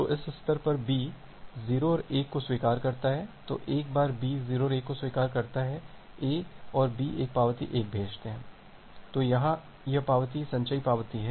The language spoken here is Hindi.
तो इस स्तर पर B 0 और 1 को स्वीकार करता है तो एक बार B 0 और 1 को स्वीकार करता है A और B एक पावती 1 भेजते हैं तो यहाँ यह पावती एक संचयी पावती है